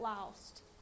lost